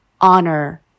honor